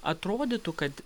atrodytų kad